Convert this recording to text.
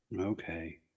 Okay